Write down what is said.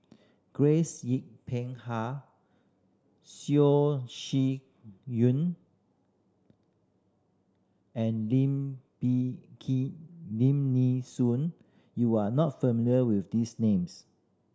Grace Yin Peck Ha Shih Yun and Lim Nee Key Lim Nee Soon you are not familiar with these names